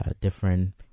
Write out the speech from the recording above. different